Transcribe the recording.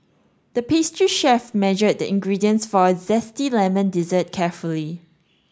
the pastry chef measured the ingredients for a zesty lemon dessert carefully